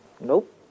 ...nope